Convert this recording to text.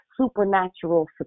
supernatural